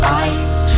eyes